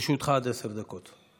לרשותך עד עשר דקות.